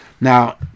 Now